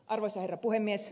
arvoisa herra puhemies